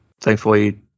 thankfully